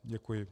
Děkuji.